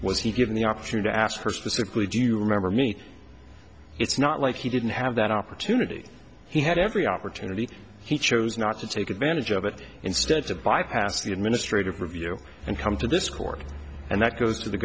was he given the option to ask her specifically do you remember me it's not like he didn't have that opportunity he had every opportunity he chose not to take advantage of it instead to vi pass the administrative review and come to this court and that goes to the